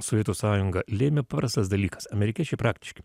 sovietų sąjungą lėmė paprastas dalykas amerikiečiai praktiški